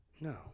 No